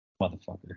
Motherfucker